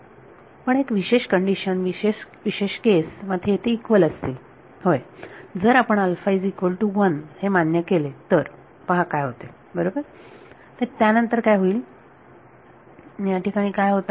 पण एका विशेष कंडीशन विशेष केस मध्ये ते इक्वल असतील होय जर आपण मान्य केले तर पहा काय होते ते बरोबर तर त्यानंतर काय होईल याठिकाणी काय होत आहे